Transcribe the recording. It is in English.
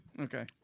Okay